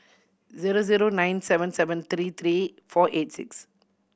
zero zero nine seven seven three three four eight six